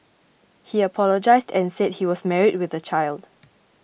he apologised and said he was married with a child